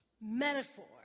Metaphor